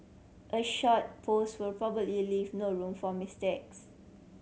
a short post will probably leave no room for mistakes